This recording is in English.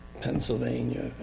Pennsylvania